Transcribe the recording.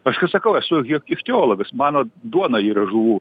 aš kaip sakau esu juk ichtiologas mano duona yra žuvų